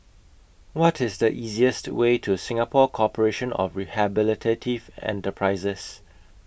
What IS The easiest Way to Singapore Corporation of Rehabilitative Enterprises